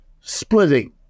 Splitting